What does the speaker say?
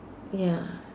ya